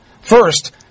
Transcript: First